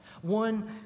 One